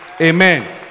Amen